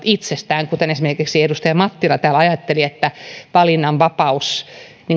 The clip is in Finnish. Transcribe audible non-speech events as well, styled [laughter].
[unintelligible] itsestään kuten esimerkiksi edustaja mattila täällä ajatteli että valinnanvapaus